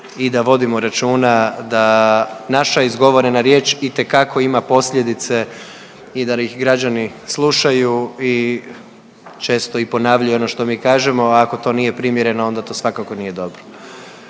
i da vodimo računa da naša izgovorena riječ itekako ima posljedice i da ih građani slušaju i često i ponavljaju ono što mi kažemo. Ako to nije primjereno, onda to svakako nije dobro.